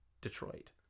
Detroit